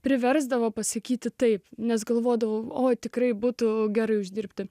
priversdavo pasakyti taip nes galvodavau oi tikrai būtų gerai uždirbti